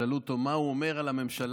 כששאלו אותו מה הוא אומר על הממשלה,